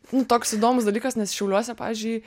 nu toks įdomus dalykas nes šiauliuose pavyzdžiui